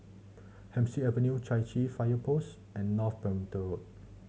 Hemsley Avenue Chai Chee Fire Post and North Perimeter Road